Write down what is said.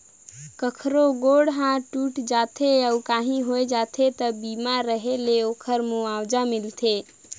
कखरो गोड़ हाथ टूट जाथे अउ काही होय जाथे त बीमा रेहे ले ओखर मुआवजा मिलथे